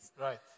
Right